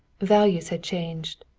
values had changed.